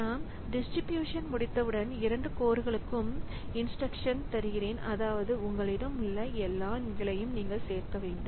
நாம் டிஸ்ட்ரிபியூஷன் முடித்தவுடன் இரண்டு கோர்களுக்கும் இன்ஸ்டிரக்ஷன் தருகிறேன் அதாவது உங்களிடம் உள்ள எல்லா எண்களையும் நீங்கள் சேர்க்க வேண்டும்